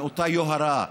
מאותה יוהרה,